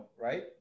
right